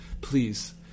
Please